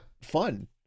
fun